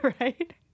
Right